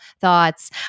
thoughts